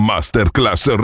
Masterclass